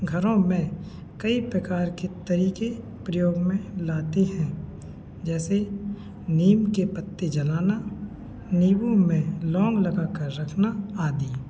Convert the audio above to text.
घरों में कई प्रकार के तरीक़े प्रयोग में लाते हैं जैसे नीम के पत्ते जलाना नीबू में लौंग लगाकर रखना आदि